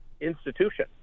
institution